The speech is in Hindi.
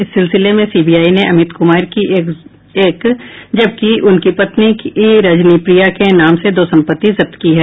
इस सिलसिले में सीबीआई ने अमित कुमार की एक जबकि उनकी पत्नी की रजनी प्रिया के नाम से दो संपत्ति जब्त की है